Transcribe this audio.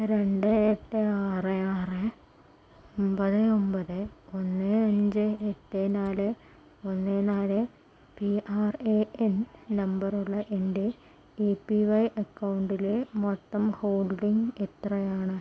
രണ്ട് എട്ട് ആറ് ആറ് ഒമ്പത് ഒമ്പത് ഒന്ന് അഞ്ച് എട്ട് നാല് ഒന്ന് നാല് പി ആർ എ എൻ നമ്പറുള്ള എൻ്റെ എ പി വൈ അക്കൗണ്ടിലെ മൊത്തം ഹോൾഡിംഗ് എത്രയാണ്